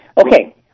Okay